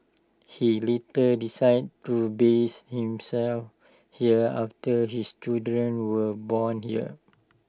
he later decided to base himself here after his children were born here